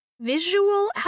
visual